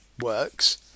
works